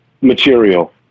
material